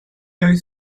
oedd